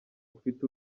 ufite